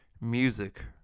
music